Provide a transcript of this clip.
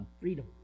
freedom